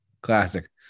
classic